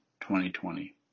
2020